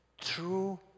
true